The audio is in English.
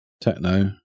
techno